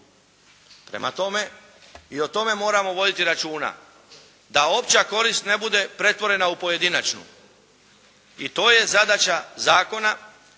Prema tome i o tome moramo voditi računa da opća korist ne bude pretvorena u pojedinačnu. I to je zadaća zakona.